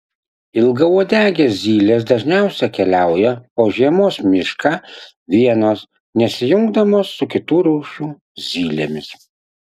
ilgauodegės zylės dažniausiai keliauja po žiemos mišką vienos nesijungdamos su kitų rūšių zylėmis